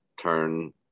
turn